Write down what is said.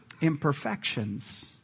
imperfections